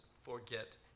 forget